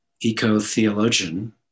eco-theologian